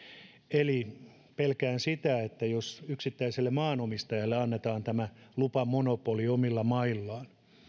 eli pelkään sitä että jos yksittäiselle maanomistajalle annetaan lupamonopoli omilla maillaan